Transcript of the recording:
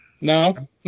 No